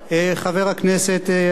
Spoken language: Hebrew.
חבר הכנסת אבישי ברוורמן, בבקשה.